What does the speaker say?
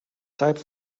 type